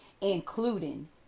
including